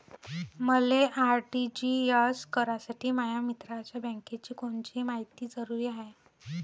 मले आर.टी.जी.एस करासाठी माया मित्राच्या बँकेची कोनची मायती जरुरी हाय?